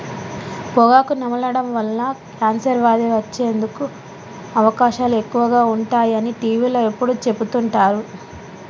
పొగాకు నమలడం వల్ల కాన్సర్ వ్యాధి వచ్చేందుకు అవకాశాలు ఎక్కువగా ఉంటాయి అని టీవీలో ఎప్పుడు చెపుతుంటారు